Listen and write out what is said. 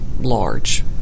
large